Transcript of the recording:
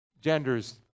genders